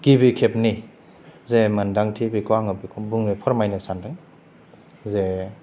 गिबि खेबनि जे मोनदांथि बेखौ आङो बुंनो फोरमायनो सानदों जे